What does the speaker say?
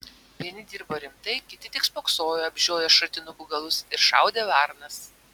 vieni dirbo rimtai kiti tik spoksojo apžioję šratinukų galus ir šaudė varnas